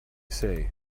say